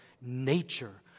nature